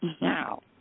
Now